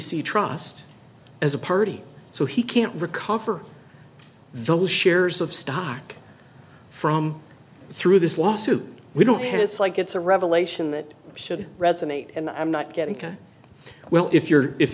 c trust as a party so he can't recover those shares of stock from through this lawsuit we don't have this like it's a revelation that should resonate and i'm not getting into well if you're if